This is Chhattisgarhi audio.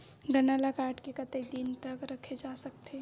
गन्ना ल काट के कतेक दिन तक रखे जा सकथे?